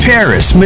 Paris